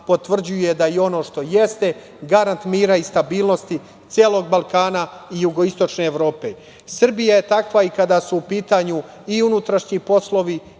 potvrđuje da je ono što jeste, garant mira i stabilnosti celog Balkana i jugoistočne Evrope. Srbija je takva i kada su u pitanju i unutrašnji poslovi